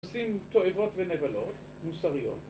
עושים תועבות ונבלות מוסריות.